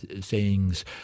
sayings